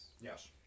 yes